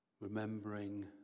remembering